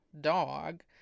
dog